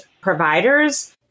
providers